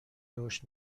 رشد